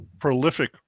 prolific